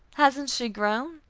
hasn't she grown?